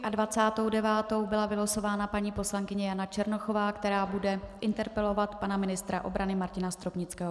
A dvacátou devátou byla vylosována paní poslankyně Jana Černochová, která bude interpelovat pana ministra obrany Martina Stropnického.